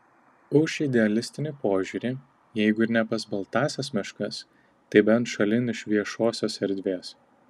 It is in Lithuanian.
už idealistinį požiūrį jeigu ir ne pas baltąsias meškas tai bent šalin iš viešosios erdvės